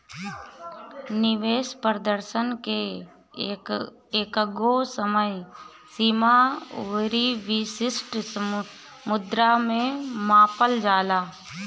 निवेश प्रदर्शन के एकगो समय सीमा अउरी विशिष्ट मुद्रा में मापल जाला